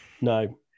No